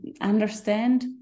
understand